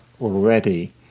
already